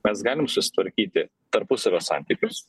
mes galim susitvarkyti tarpusavio santykius